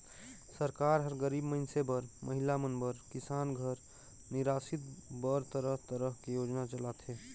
सरकार हर गरीब मइनसे बर, महिला मन बर, किसान घर निरासित बर तरह तरह के योजना चलाथे